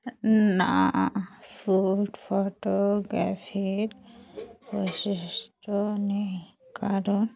না ফুড ফটোগ্রাফির বৈশিষ্ট্য নেই কারণ